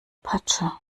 patsche